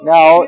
Now